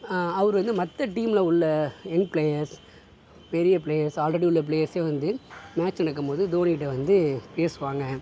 அவர் வந்து மற்ற டீமில் உள்ள யங் பிளேயர்ஸ் பெரிய பிளேயர்ஸ் ஆல்ரெடி உள்ள பிளேயர்ஸே வந்து மேட்சில் இருக்கும்போது தோனிகிட்ட வந்து பேசுவாங்க